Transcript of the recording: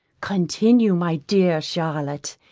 continue, my dear charlotte,